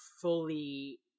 fully